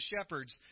shepherds